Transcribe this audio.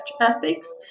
ethics